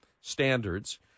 standards